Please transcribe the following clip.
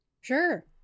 Sure